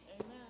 Amen